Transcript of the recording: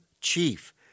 Chief